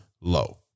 low